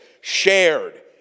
Shared